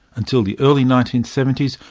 until the early nineteen seventy s,